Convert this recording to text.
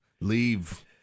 leave